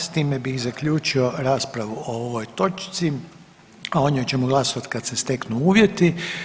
S time bih zaključio raspravu o ovoj točci, a o njoj ćemo glasovati kad se steknu uvjeti.